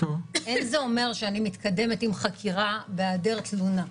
אין זה אומר שאני מתקדמת עם חקירה בהיעדר תלונה.